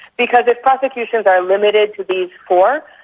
because if prosecutions are limited to these four,